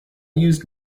used